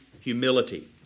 humility